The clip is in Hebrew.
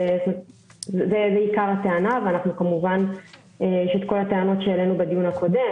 זאת הטענה וכמובן יש את כל הטענות שהעלינו בדיון הקודם,